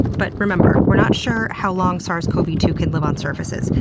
but remember, we're not sure how long sars cov two can live on surfaces.